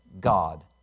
God